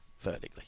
vertically